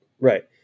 Right